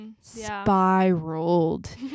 spiraled